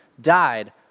died